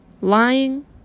lying